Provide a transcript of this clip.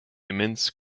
immense